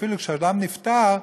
שאפילו כשאדם נפטר,